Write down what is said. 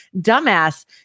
dumbass